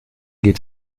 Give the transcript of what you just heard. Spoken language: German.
geht